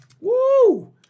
Woo